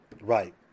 Right